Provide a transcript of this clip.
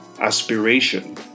aspiration